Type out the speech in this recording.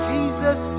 Jesus